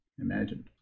imagined